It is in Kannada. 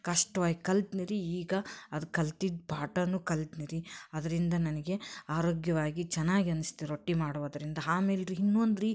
ಕಷ್ಟ್ವಾಗ ಕಲ್ತ್ನಿ ರೀ ಈಗ ಅದು ಕಲ್ತಿದ್ದ ಪಾಠಾನೂ ಕಲ್ತ್ನಿ ರೀ ಅದರಿಂದ ನನಗೆ ಆರೋಗ್ಯವಾಗಿ ಚೆನ್ನಾಗಿ ಅನಿಸ್ತು ರೊಟ್ಟಿ ಮಾಡೋದರಿಂದ ಆಮೇಲ್ ರೀ ಇನ್ನೊಂದ್ ರೀ